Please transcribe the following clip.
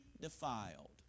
defiled